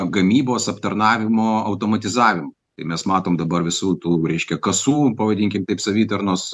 gamybos aptarnavimo automatizavimo tai mes matom dabar visų tų reiškia kasų vadinkim taip savitarnos